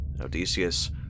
Odysseus